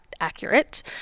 accurate